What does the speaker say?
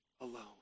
alone